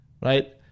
right